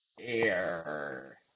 air